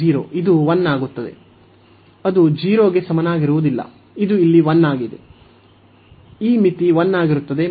ಅದು 0 ಗೆ ಸಮನಾಗಿರುವುದಿಲ್ಲ ಇದು ಇಲ್ಲಿ 1 ಆಗಿದೆ